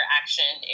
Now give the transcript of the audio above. action